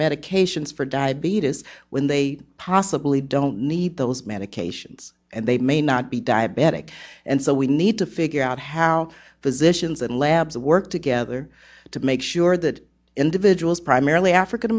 medications for diabetes when they possibly don't need those medications and they may not be diabetic and so we need to figure out how physicians and lab to work together to make sure that individuals primarily african